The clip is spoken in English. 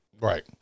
right